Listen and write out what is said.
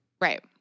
Right